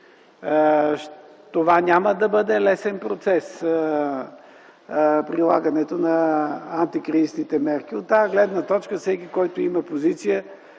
Това няма да бъде лесен процес – прилагането на антикризисните мерки. От тази гледна точка всеки, който има позиция